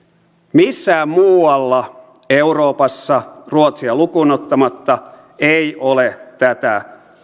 missään muualla euroopassa ruotsia lukuun ottamatta ei ole tätä